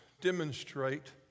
demonstrate